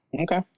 Okay